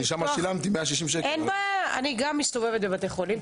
גם אני מסתובבת בבתי החולים.